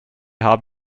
haben